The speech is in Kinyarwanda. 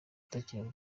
utakiri